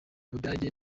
budage